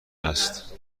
است